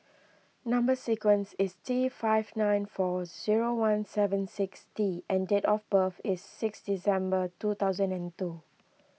Number Sequence is T five nine four zero one seven six T and date of birth is six December two thousand and two